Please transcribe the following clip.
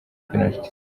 penariti